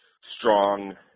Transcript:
strong –